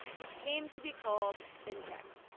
which came to be called fintech.